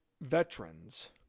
veterans